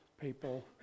people